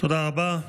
תודה רבה.